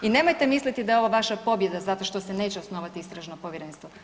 I nemojte misliti da je ovo vaša pobjeda zato što se neće osnovati istražno povjerenstvo.